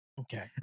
Okay